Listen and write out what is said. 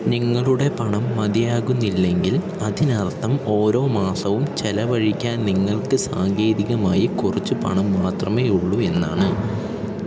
നിങ്ങളുടെ പണം മതിയാകുന്നില്ലെങ്കില് അതിനര്ത്ഥം ഓരോ മാസവും ചിലവഴിക്കാൻ നിങ്ങൾക്ക് സാങ്കേതികമായി കുറച്ച് പണം മാത്രമേ ഉള്ളൂ എന്നാണ്